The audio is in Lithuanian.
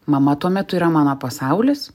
mama tuo metu yra mano pasaulis